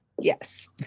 Yes